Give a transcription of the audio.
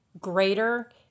greater